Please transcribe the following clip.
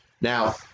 Now